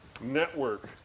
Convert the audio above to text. network